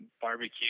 barbecue